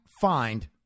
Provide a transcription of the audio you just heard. find